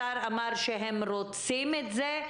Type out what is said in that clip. השר אמר שהם רוצים את זה,